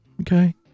Okay